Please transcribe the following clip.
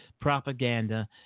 Propaganda